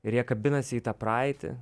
ir jie kabinasi į tą praeitį